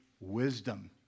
wisdom